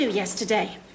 Yesterday